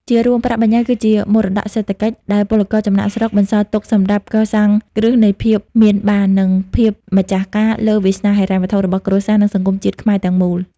ជារួម ប្រាក់បញ្ញើគឺជា "មរតកសេដ្ឋកិច្ច" ដែលពលករចំណាកស្រុកបន្សល់ទុកសម្រាប់កសាងគ្រឹះនៃភាពមានបាន និងភាពម្ចាស់ការលើវាសនាហិរញ្ញវត្ថុរបស់គ្រួសារ និងសង្គមជាតិខ្មែរទាំងមូល។